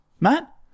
Matt